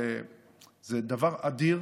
זה דבר אדיר.